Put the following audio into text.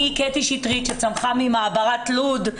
אני קטי שטרית שצמחה ממעברת לוד,